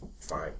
Fine